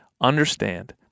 Understand